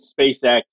SpaceX